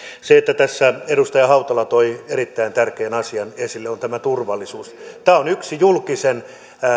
tässä edustaja hautala toi erittäin tärkeän asian esille ja se on tämä turvallisuus tämä on yksi julkisen